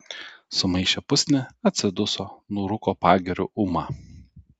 sumaišė pusnį atsiduso nurūko pagiriu ūma